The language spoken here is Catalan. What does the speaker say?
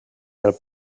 del